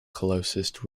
closest